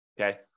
okay